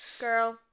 girl